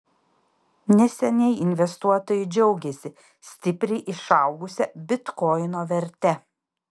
neseniai investuotojai džiaugėsi stipriai išaugusia bitkoino verte